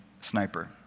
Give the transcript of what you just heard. sniper